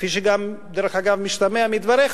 כפי שגם דרך אגב משתמע מדבריך,